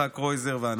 יצחק קרויזר ואנוכי.